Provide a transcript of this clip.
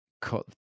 cut